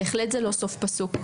בהחלט זה לא סוף פסוק.